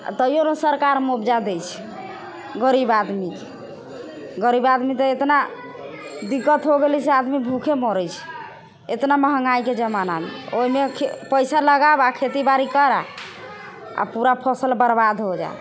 तैयो नहि सरकार मुआवजा दै छै गरीब आदमीके गरीब आदमी तऽ एतना दिक्कत हो गेलै से आदमी भूखे मरै छै एतना महगाइके जमानामे ओहिमे पैसा लगाबऽ आओर खेती बाड़ी करबऽ आओर पूरा फसल बर्बाद हो जाइ